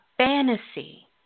Fantasy